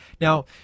now